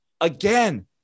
Again